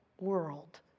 world